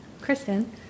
Kristen